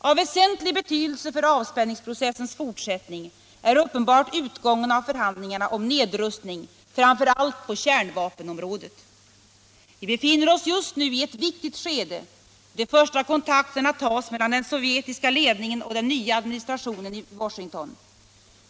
Av väsentlig betydelse för avspänningsprocessens fortsättning är uppenbart utgången av förhandlingarna om nedrustning, framför allt på kärnvapenområdet. Vi befinner oss just nu i ett viktigt skede, då de första kontakterna tas mellan den sovjetiska ledningen och den nya administrationen i Washington.